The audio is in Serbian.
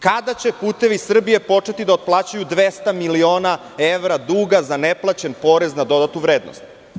Kada će "Putevi Srbije" početi da otplaćuju 200 miliona evra duga za neplaćen porez na dodatu vrednost?